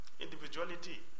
individuality